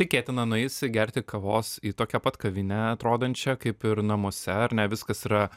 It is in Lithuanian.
tikėtina nueis gerti kavos į tokią pat kavinę atrodančią kaip ir namuose ar ne viskas yra